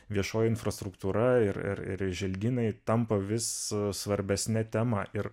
viešoji infrastruktūra ir ir ir želdynai tampa vis svarbesne tema ir